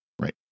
Right